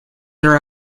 are